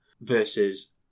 versus